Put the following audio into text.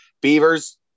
Beavers